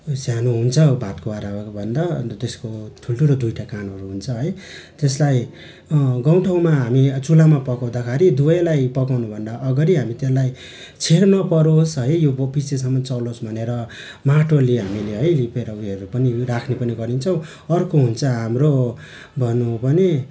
सानो हुन्छ भातको भाँडाहरू भन्दा अन्त त्यसको ठुल्ठुलो दुईवटा कानहरू हुन्छ है त्यसलाई गाउँठाउँमा हामी चुलामा पकाउँदाखेरि दुवैलाई पकाउनुभन्दा अगाडि हामी त्यसलाई छेड् नपरोस् है यो अब पछिसम्म चलोस् भनेर माटोले हामीले है लिपेर उयोहरू पनि राख्ने पनि गरिन्छ अर्को हुन्छ हाम्रो भन्नु हो भने